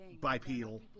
bipedal